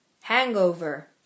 hangover